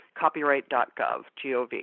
Copyright.gov